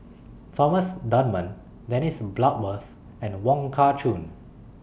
Thomas Dunman Dennis Bloodworth and Wong Kah Chun